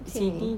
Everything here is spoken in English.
sini